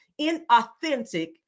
inauthentic